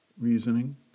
reasoning